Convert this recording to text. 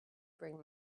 bring